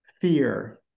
fear